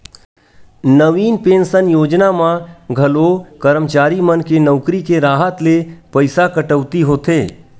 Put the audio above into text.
नवीन pension योजना म घलो करमचारी मन के नउकरी के राहत ले पइसा कटउती होथे